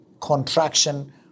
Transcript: contraction